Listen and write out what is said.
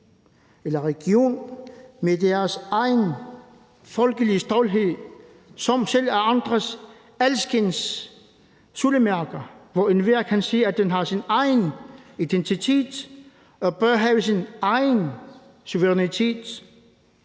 eller region med deres egen folkelige stolthed, hvor enhver efter alle solemærker kan se, at den har sin egen identitet, bør have sin egen suverænitet.